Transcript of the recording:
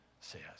says